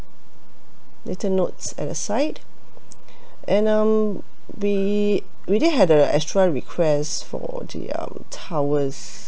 written notes at a side and um we we did have a extra request for the um towels